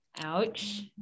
ouch